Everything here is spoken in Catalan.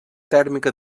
tèrmica